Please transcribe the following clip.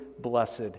blessed